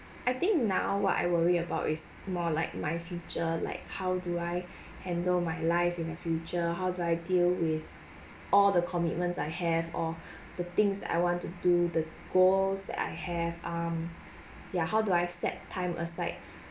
I think now what I worry about is more like my future like how do I handle my life in the future how do I deal with all the commitments I have or the things I want to do the goals that I have um yah how do I set time aside